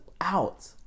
Out